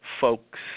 folks